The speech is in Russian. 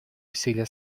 усилия